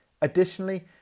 Additionally